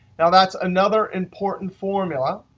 now, that's another important formula,